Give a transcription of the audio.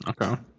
okay